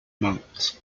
months